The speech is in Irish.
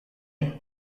inniu